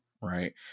right